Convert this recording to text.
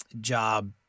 job